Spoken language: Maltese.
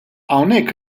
hawnhekk